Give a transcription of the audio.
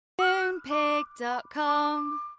Moonpig.com